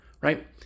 right